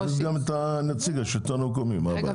נכניס גם את נציג השלטון המקומי, מה הבעיה?